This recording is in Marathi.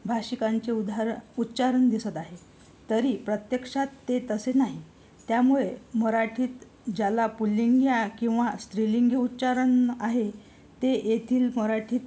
भाषिकांचे उदाहर उच्चारण दिसत आहे तरी प्रत्यक्षात ते तसे नाही त्यामुळे मराठीत ज्याला पुलिंगी किंवा स्त्रीलिंगी उच्चारण आहे ते येथील मराठीत